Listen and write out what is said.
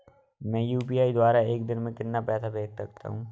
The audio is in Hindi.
मैं यू.पी.आई द्वारा एक दिन में कितना पैसा भेज सकता हूँ?